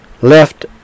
left